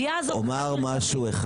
למה אני אומרת את זה?